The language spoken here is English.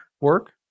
work